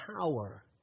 power